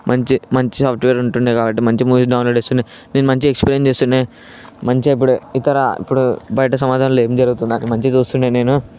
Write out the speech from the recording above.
మంచి మంచి సాఫ్ట్వేర్ ఉంటుండే కాబట్టి మంచి మూవీస్ డౌన్లోడ్ చేస్తుండే నేను మంచిగా ఎక్స్పీరియన్స్ చేస్తుండే మంచిగా ఇప్పుడు ఇతర ఇప్పుడు బయట సమాజంలో ఏం జరుగుతుందా అని మంచిగా చూస్తుండే నేను